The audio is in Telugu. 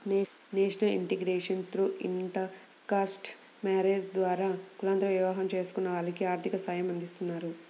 national integration through intercaste marriages ద్వారా కులాంతర వివాహం చేసుకున్న వాళ్లకి ఆర్థిక సాయమందిస్తారు